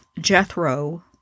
Jethro